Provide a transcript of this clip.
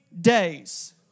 days